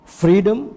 freedom